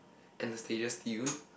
Anastasia-Steele